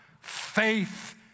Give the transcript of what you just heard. faith